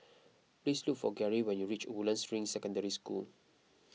please look for Gerri when you reach Woodlands Ring Secondary School